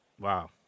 Wow